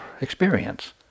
experience